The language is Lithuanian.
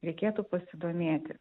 reikėtų pasidomėti